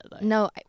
No